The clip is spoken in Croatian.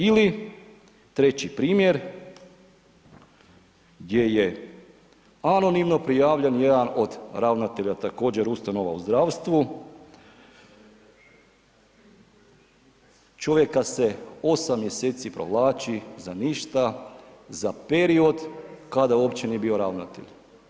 Ili treći primjer gdje je anonimno prijavljen jedan od ravnatelja također ustanova u zdravstvu, čovjeka se 8 mjeseci provlači za ništa za period kada uopće nije bio ravnatelj.